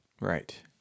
Right